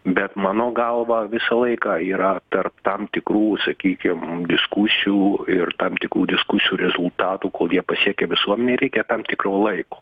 bet mano galva visą laiką yra tarp tam tikrų sakykim diskusijų ir tam tikrų diskusijų rezultatų kurie pasiekė visuomenei reikia tam tikrų laiko